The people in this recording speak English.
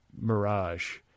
mirage